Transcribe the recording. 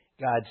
God's